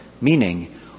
meaning